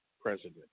president